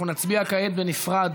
אנחנו נצביע כעת בנפרד